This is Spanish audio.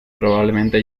probablemente